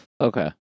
Okay